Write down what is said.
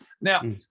now